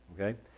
okay